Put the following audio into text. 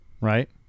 right